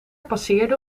passeerde